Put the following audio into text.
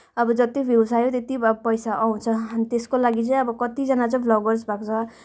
अब जति भ्युज आयो त्यति अब पैसा आउँछ त्यसको लागि चाहिँ अब कतिजना चाहिँ अब ब्लगर्स भएको छ